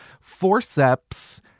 forceps